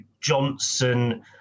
Johnson